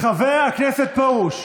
חבר הכנסת פרוש,